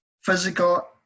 physical